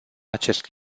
acest